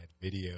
video